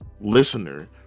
listener